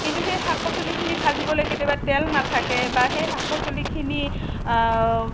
কিন্তু সেই শাক পাচলিখিনি ভাজিবলৈ কেতিয়াবা তেল নাথাকে বা সেই শাক পাচলিখিনি